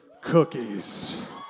cookies